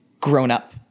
grown-up